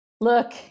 Look